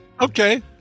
Okay